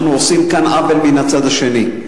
אנחנו עושים כאן עוול מן הצד השני.